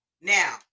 now